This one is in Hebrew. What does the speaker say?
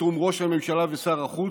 בתיאום עם ראש הממשלה ושר החוץ,